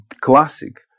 classic